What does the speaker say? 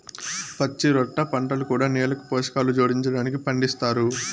పచ్చిరొట్ట పంటలు కూడా నేలకు పోషకాలు జోడించడానికి పండిస్తారు